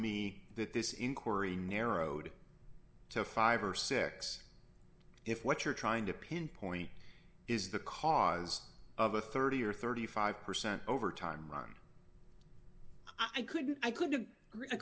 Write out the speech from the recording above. me that this inquiry narrowed to five or six if what you're trying to pinpoint is the cause of a thirty or thirty five percent over time round i couldn't i couldn't